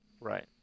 Right